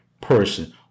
person